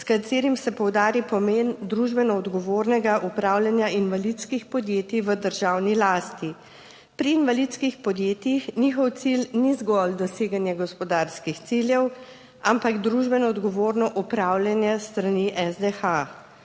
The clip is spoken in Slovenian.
s katerim se poudari pomen družbeno odgovornega upravljanja invalidskih podjetij v državni lasti. Pri invalidskih podjetjih njihov cilj ni zgolj doseganje gospodarskih ciljev, ampak družbeno odgovorno upravljanje s strani SDH.